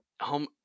home